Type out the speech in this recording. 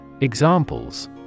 Examples